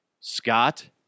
Scott